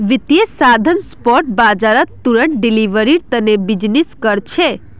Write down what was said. वित्तीय साधन स्पॉट बाजारत तुरंत डिलीवरीर तने बीजनिस् कर छे